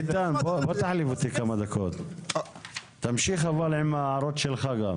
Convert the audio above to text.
תחליף אותי לכמה דקות אבל תמשיך גם עם ההערות שלך.